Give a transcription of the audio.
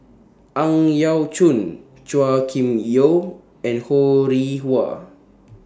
Ang Yau Choon Chua Kim Yeow and Ho Rih Hwa